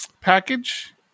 package